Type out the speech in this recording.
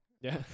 yeah